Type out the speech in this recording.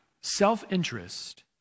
Self-interest